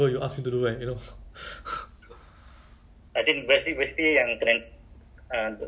in the bank it's called uh run the bank ah not change the bank so run the bank run the bank means um